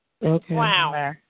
Wow